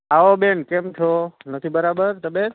આવો બેન કેમ છો નથી બરાબર તબિયત